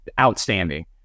outstanding